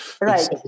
Right